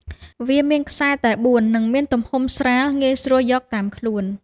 វាមានខ្សែតែបួន និងមានទម្ងន់ស្រាល ងាយស្រួលយកតាមខ្លួន។